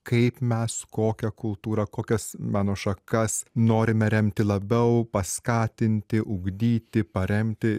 kaip mes kokią kultūrą kokias meno šakas norime remti labiau paskatinti ugdyti paremti